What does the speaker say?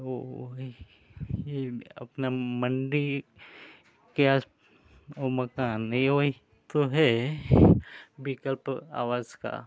वह अपनी मण्डी के आस वह मकान नहीं हो तो है विकल्प आवास का